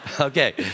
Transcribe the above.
Okay